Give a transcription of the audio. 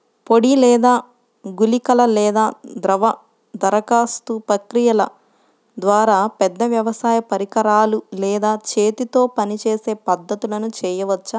పొడి లేదా గుళికల లేదా ద్రవ దరఖాస్తు ప్రక్రియల ద్వారా, పెద్ద వ్యవసాయ పరికరాలు లేదా చేతితో పనిచేసే పద్ధతులను చేయవచ్చా?